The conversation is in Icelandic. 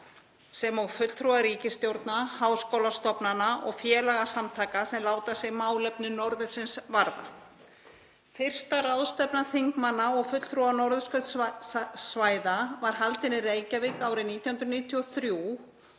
sem og fulltrúa ríkisstjórna, háskólastofnana og félagasamtaka sem láta sig málefni norðursins varða. Fyrsta ráðstefna þingmanna og fulltrúa norðurskautssvæða var haldin í Reykjavík árið 1993